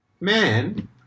man